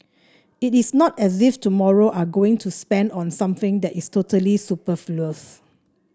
it is not as if tomorrow are going to spend on something that is totally superfluous